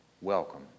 welcome